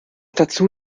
dazu